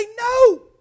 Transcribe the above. no